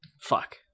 Fuck